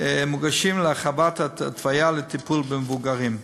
מוגשים להרחבת ההתוויה לטיפול במבוגרים.